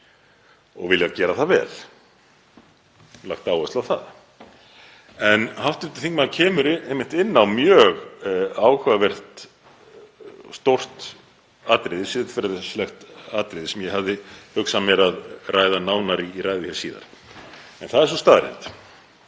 og viljum gera það vel, höfum lagt áherslu á það. Hv. þingmaður kemur einmitt inn á mjög áhugavert stórt atriði, siðferðilegt atriði, sem ég hafði hugsað mér að ræða nánar í ræðu hér síðar. Það er sú staðreynd